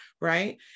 right